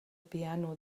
piano